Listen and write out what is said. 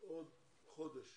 בעוד חודש